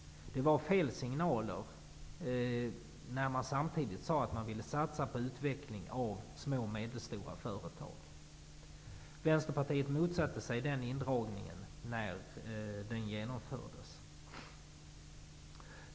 Det var fel signaler, när man samtidigt sade att man ville satsa på utveckling av små och medelstora företag. Vänsterpartiet motsatte sig den indragningen när den genomfördes.